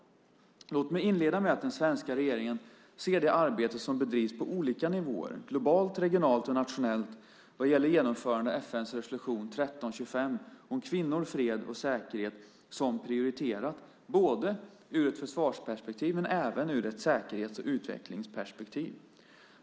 Låt mig inleda med att den svenska regeringen ser det arbete som bedrivs på olika nivåer, globalt, regionalt och nationellt, vad gäller genomförande av FN:s resolution 1325 om kvinnor, fred och säkerhet som prioriterat både ur ett försvarsperspektiv och ur ett säkerhets och utvecklingsperspektiv.